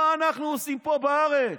מה אנחנו עושים פה בארץ?